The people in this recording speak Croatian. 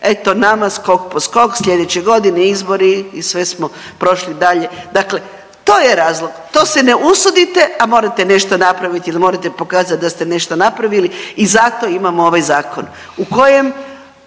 Eto nama skok po skok, sljedeće godine izbori i sve smo prošli dalje. Dakle, to je razlog. To se ne usudite, a morate nešto napraviti jer morate pokazati da ste nešto napravili i zato imamo ovaj zakon